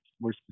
more